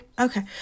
Okay